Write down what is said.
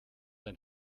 ein